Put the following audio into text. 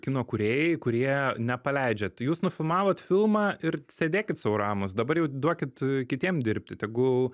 kino kūrėjai kurie nepaleidžia tai jūs nufilmavot filmą ir sėdėkit sau ramūs dabar jau duokit kitiem dirbti tegu